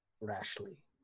rashly